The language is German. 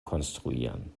konstruieren